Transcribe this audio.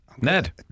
Ned